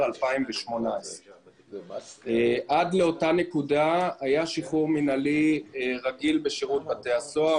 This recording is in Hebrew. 2018. עד לאותה נקודה היה שחרור מינהלי רגיל בשירות בתי הסוהר,